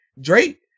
Drake